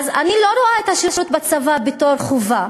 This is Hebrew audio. אז אני לא רואה את השירות בצבא בתור חובה,